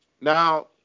Now